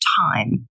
time